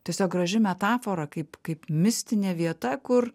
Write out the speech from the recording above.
tiesiog graži metafora kaip kaip mistinė vieta kur